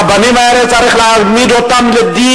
את הרבנים האלה צריך להעמיד לדין,